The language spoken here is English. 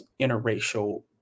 interracial